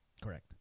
Correct